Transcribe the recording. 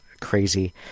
crazy